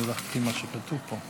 לוועדת העבודה והרווחה